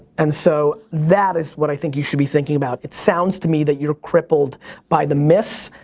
and so, that is what i think you should be thinking about. it sounds to me that you're crippled by the miss.